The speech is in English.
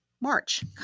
March